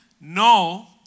no